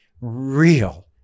real